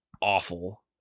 awful